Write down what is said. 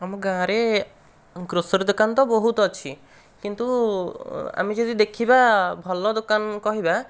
ଆମ ଗାଁରେ ଗ୍ରୋସରୀ ଦୋକାନ ତ ବହୁତ ଅଛି କିନ୍ତୁ ଆମେ ଯଦି ଦେଖିବା ଭଲ ଦୋକାନ କହିବା